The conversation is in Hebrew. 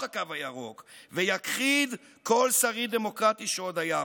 הקו הירוק ויכחיד כל שריד דמוקרטי שעוד היה פה.